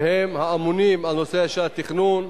שהם האמונים על הנושא של התכנון,